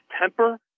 temper